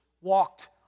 walked